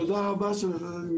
לשלם באפליקציה